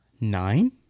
nine